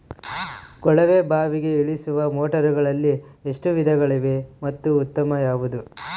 ಕೊಳವೆ ಬಾವಿಗೆ ಇಳಿಸುವ ಮೋಟಾರುಗಳಲ್ಲಿ ಎಷ್ಟು ವಿಧಗಳಿವೆ ಮತ್ತು ಉತ್ತಮ ಯಾವುದು?